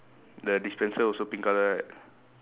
the dispenser also pink colour right